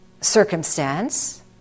circumstance